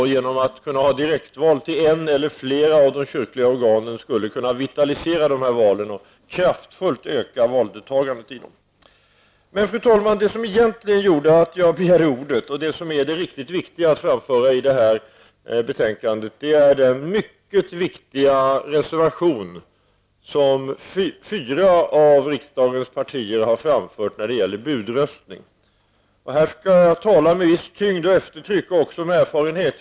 Genom att kunna ha direktval till en eller flera av de kyrkliga organen hoppas vi bl.a. att kunna vitalisera dessa val och kraftigt öka valdeltagandet. Fru talman! Den egentliga orsaken till att jag begärde ordet och som är angeläget att framföra när det gäller detta betänkande är den mycket viktiga reservation om budröstning som fyra av riksdagens partier har avgivit. I detta sammanhang kan jag tala med en viss tyngd, ett visst eftertryck och också utifrån egen erfarenhet.